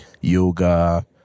yoga